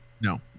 no